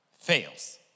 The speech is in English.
fails